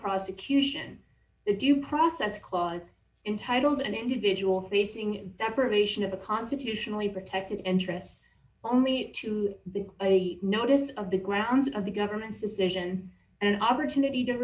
prosecution the due process clause in titles an individual facing deprivation of a constitutionally protected interest only to the notice of the grounds of the government's decision and opportunity to